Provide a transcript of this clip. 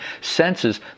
senses